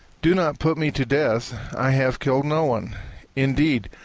do not put me to death i have killed no one indeed,